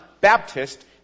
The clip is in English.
Baptist